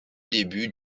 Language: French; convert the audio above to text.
début